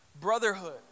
brotherhood